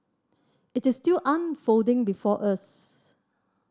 it is still unfolding before us